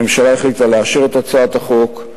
הממשלה החליטה לאשר את הצעת החוק.